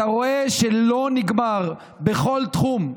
אתה רואה שזה לא נגמר, בכל תחום.